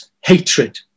hatred